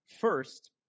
first